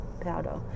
powder